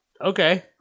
Okay